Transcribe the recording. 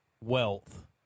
wealth